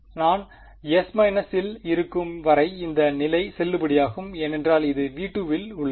நான் S− இல் இருக்கும் வரை இந்த நிலை செல்லுபடியாகும் ஏனெனில் அது V2 இல் உள்ளது